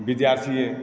विद्यार्थी